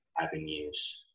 avenues